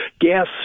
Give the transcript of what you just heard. gas